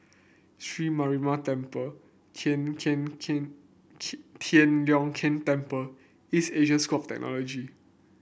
Sri Mariamman Temple Tian Tian Tian Tian Leong Keng Temple East Asia School Technology